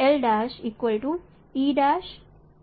मिल जाएगी